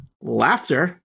laughter